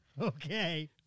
okay